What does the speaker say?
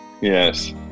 Yes